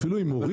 אפילו עם מורים.